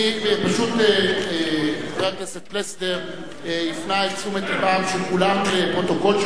פשוט חבר הכנסת פלסנר הפנה את תשומת לבם של כולם לפרוטוקול,